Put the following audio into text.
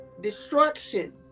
destruction